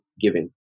giving